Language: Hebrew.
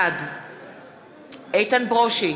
בעד איתן ברושי,